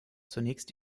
zunächst